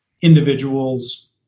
individuals